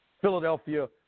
Philadelphia